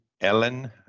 ellen